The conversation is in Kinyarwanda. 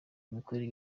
imikorere